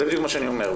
זה בדיוק מה שאני אומר,